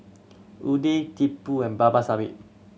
Udai Tipu and Babasaheb